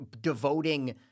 devoting